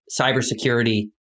cybersecurity